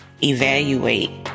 evaluate